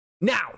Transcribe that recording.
Now